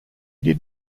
did